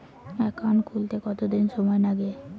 Account খুলতে কতদিন সময় লাগে?